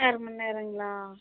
அரை மணி நேரங்களா